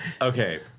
Okay